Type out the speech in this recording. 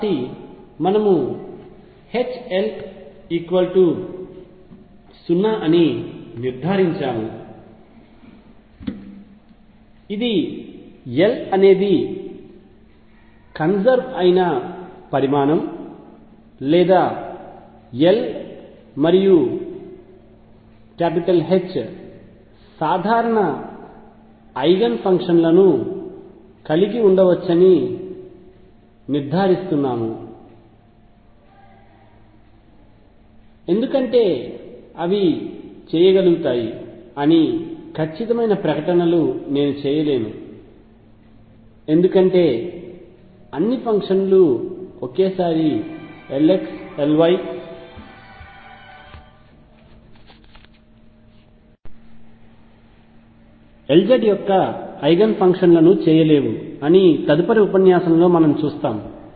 కాబట్టి మనము H L 0 అని నిర్ధారించాము ఇది L అనేది కన్సర్వ్ అయిన పరిమాణం లేదా L మరియు H సాధారణ ఐగెన్ ఫంక్షన్లను కలిగి ఉండవచ్చని నిర్ధారిస్తున్నాము ఎందుకంటే అవి చేయగలుగుతాయి అని ఖచ్చితమైన ప్రకటనలు నేను చేయలేను ఎందుకంటే అన్ని ఫంక్షన్లు ఒకేసారి Lx Ly మరియు Lz యొక్క ఐగెన్ ఫంక్షన్లను చేయలేవు అని తదుపరి ఉపన్యాసం లో మనం చూస్తాము